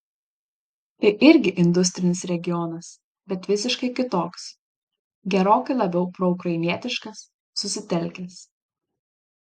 tai irgi industrinis regionas bet visiškai kitoks gerokai labiau proukrainietiškas susitelkęs